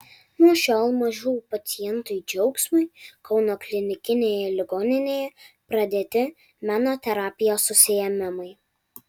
nuo šiol mažųjų pacientui džiaugsmui kauno klinikinėje ligoninėje pradėti meno terapijos užsiėmimai